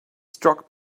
struck